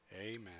Amen